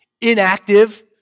inactive